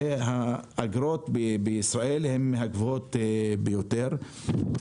האגרות בישראל הן מהגבוהות ביותר.